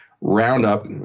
Roundup